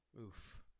oof